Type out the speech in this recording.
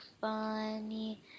Funny